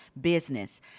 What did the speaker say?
business